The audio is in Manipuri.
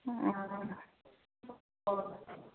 ꯑꯣ